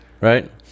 right